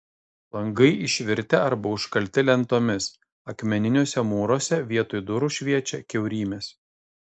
langai išvirtę arba užkalti lentomis akmeniniuose mūruose vietoj durų šviečia kiaurymės